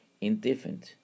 indifferent